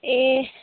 ए